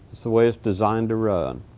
it's the way it's designed to run.